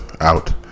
out